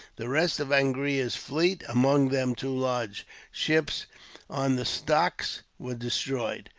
the rest of angria's fleet, among them two large ships on the stocks, was destroyed.